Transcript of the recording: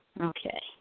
Okay